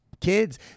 kids